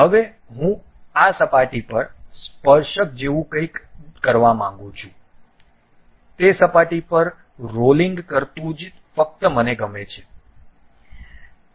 હવે હું આ સપાટી પર સ્પર્શક જેવું કંઈક કરવા માંગું છું તે સપાટી પર રોલિંગ કરતું જ ફક્ત મને ગમે છે